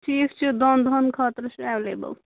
fees چھُ دۅن دۄہَن خٲطرٕ چھُ ایٚویلیبٔل